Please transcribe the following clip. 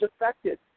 affected